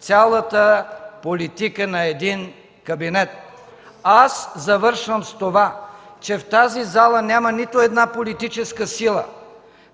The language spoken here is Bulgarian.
цялата политика на един кабинет. (Шум и реплики от ГЕРБ.) Аз завършвам с това – че в тази зала няма нито една политическа сила,